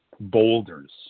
boulders